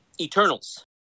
Eternals